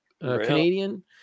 Canadian